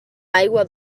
aigua